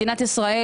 מדינת ישראל,